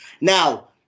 Now